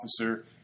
officer